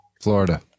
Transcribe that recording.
Florida